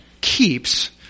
keeps